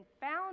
found